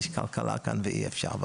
יש כאן כלכלה ואי אפשר.